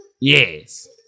Yes